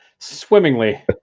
swimmingly